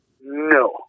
No